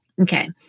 Okay